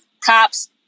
cops